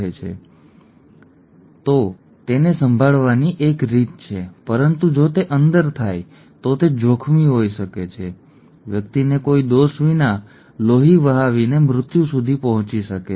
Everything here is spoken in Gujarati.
જો તે બહાર હોય તો તેને સંભાળવાની એક રીત છે પરંતુ જો તે અંદર થાય છે તો તે જોખમી હોઈ શકે છે વ્યક્તિ કોઈ દોષ વિના લોહી વહાવીને મૃત્યુ સુધી પહોંચી શકે છે